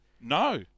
No